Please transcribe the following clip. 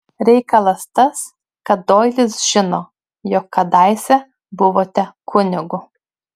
reikalas tas kad doilis žino jog kadaise buvote kunigu